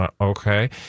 okay